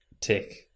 tick